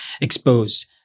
exposed